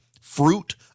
fruit